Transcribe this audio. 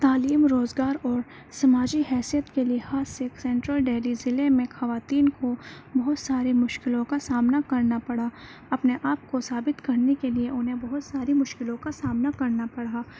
تعلیم روزگار اور سماجی حیثیت کے لحاظ سے سینٹرل دہلی ضلع میں خواتین کو بہت سارے مشکلوں کا سامنا کرنا پڑا اپنے آپ کو ثابت کرنے کے لئے انہیں بہت ساری مشکلوں کا سامنا کرنا پڑا